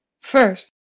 First